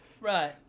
Right